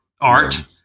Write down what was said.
art